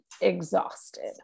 exhausted